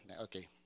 Okay